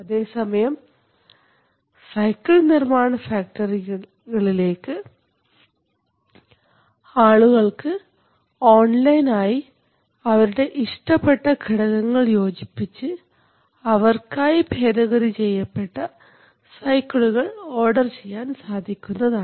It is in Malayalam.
അതേസമയം ഒരു സൈക്കിൾ നിർമ്മാണ ഫാക്ടറിയിലേക്ക് ആളുകൾക്ക് ഓൺലൈനായി അവരുടെ ഇഷ്ടപ്പെട്ട ഘടകങ്ങൾ യോജിപ്പിച്ച് അവർക്കായി ഭേദഗതി ചെയ്യപ്പെട്ട സൈക്കിളുകൾ ഓർഡർ ചെയ്യാൻ സാധിക്കുന്നതാണ്